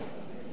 כן.